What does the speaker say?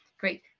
Great